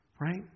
Right